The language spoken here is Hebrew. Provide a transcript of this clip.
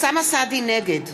נגד